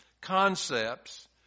concepts